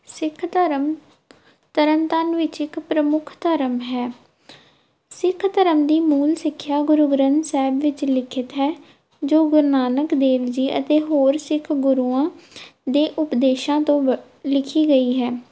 ਸਿੱਖ ਧਰਮ ਤਰਨਤਾਰਨ ਵਿੱਚ ਇੱਕ ਪ੍ਰਮੁੱਖ ਧਰਮ ਹੈ ਸਿੱਖ ਧਰਮ ਦੀ ਮੂਲ ਸਿੱਖਿਆ ਗੁਰੂ ਗ੍ਰੰਥ ਸਾਹਿਬ ਵਿੱਚ ਲਿਖਿਤ ਹੈ ਜੋ ਗੁਰੂ ਨਾਨਕ ਦੇਵ ਜੀ ਅਤੇ ਹੋਰ ਸਿੱਖ ਗੁਰੂਆਂ ਦੇ ਉਪਦੇਸ਼ਾਂ ਤੋਂ ਬ ਲਿਖੀ ਗਈ ਹੈ